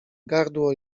gardło